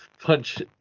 punch